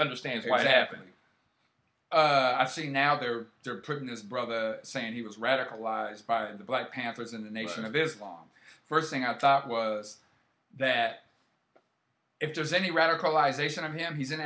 understands what happened i see now they're they're putting this brother saying he was radicalized by the black panthers and the nation of islam first thing i thought was that if there's any radicalization of him he's in